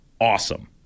awesome